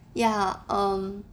ya um